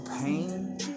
pain